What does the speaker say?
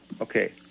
Okay